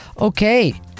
okay